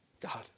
God